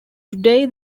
today